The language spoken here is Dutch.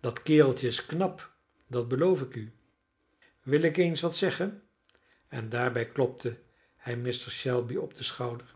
dat kereltje is knap dat beloof ik u wil ik eens wat zeggen en daarbij klopte hij mr shelby op den schouder